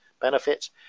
benefits